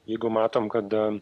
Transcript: jeigu matom kad